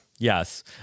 Yes